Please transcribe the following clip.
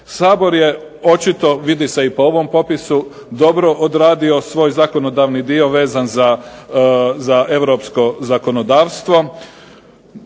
Sabor je očito, vidi se i po ovom popisu dobro odradio svoj zakonodavni dio vezan za europsko zakonodavstvo.